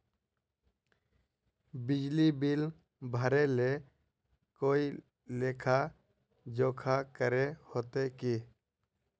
बिजली बिल भरे ले कोई लेखा जोखा करे होते की?